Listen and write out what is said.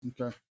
Okay